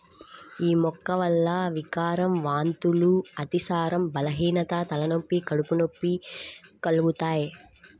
యీ మొక్క వల్ల వికారం, వాంతులు, అతిసారం, బలహీనత, తలనొప్పి, కడుపు నొప్పి కలుగుతయ్